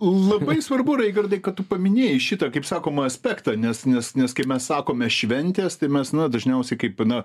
labai svarbu raigardai kad tu paminėjai šitą kaip sakoma aspektą nes nes nes kaip mes sakome šventės tai mes na dažniausiai kaip na